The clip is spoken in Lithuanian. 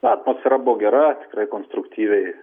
na atmosfera buvo gera tikrai konstruktyviai